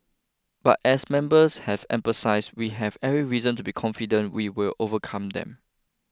but as members have emphasised we have every reason to be confident we will overcome them